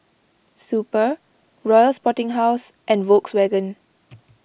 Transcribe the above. Super Royal Sporting House and Volkswagen